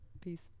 Peace